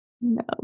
no